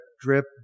drip